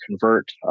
convert